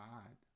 God